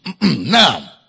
Now